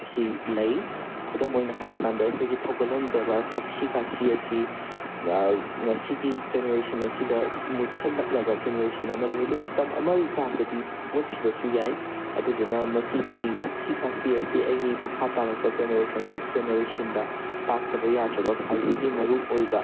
ꯑꯁꯤ ꯂꯩ ꯈꯨꯗꯝ ꯑꯣꯏꯅ ꯍꯥꯏꯔꯀꯥꯟꯗ ꯑꯩꯈꯣꯏꯒꯤ ꯊꯧꯒꯜꯂꯣꯟ ꯕꯦꯕꯔ ꯊꯛꯁꯤ ꯈꯥꯁꯤ ꯑꯁꯤ ꯉꯁꯤꯒꯤ ꯖꯦꯅꯦꯔꯦꯁꯟ ꯑꯁꯤꯗ ꯃꯨꯠꯁꯜꯂꯛꯂꯕ ꯖꯦꯅꯦꯔꯦꯁꯟ ꯑꯃꯅꯤ ꯑꯗꯨ ꯃꯇꯝ ꯑꯃꯒꯤꯀꯥꯟꯗꯗꯤ ꯃꯨꯠꯈꯤꯕꯁꯨ ꯌꯥꯏ ꯑꯗꯨꯗꯨꯅ ꯃꯁꯤꯒꯤ ꯊꯛꯁꯤ ꯀꯁꯤ ꯑꯁꯤ ꯑꯩꯒꯤ ꯃꯈꯥ ꯇꯥꯔꯛꯄ ꯖꯦꯅꯔꯦꯁꯟ ꯅꯦꯛꯁ ꯖꯦꯅꯦꯔꯦꯁꯟꯗ ꯇꯥꯛꯇꯕ ꯌꯥꯗ꯭ꯔꯕ ꯈ꯭ꯋꯥꯏꯗꯒꯤ ꯃꯔꯨ ꯑꯣꯏꯕ